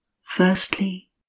firstly